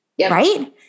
right